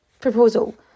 proposal